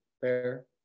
fair